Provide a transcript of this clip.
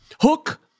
Hook